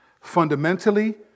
Fundamentally